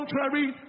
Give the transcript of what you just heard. contrary